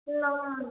না